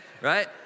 right